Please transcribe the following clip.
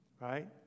right